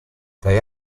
they